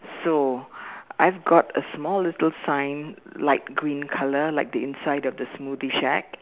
so I've got a small little sign like green colour like the inside of the smoothie shack